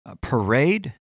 parade